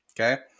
Okay